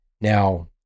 Now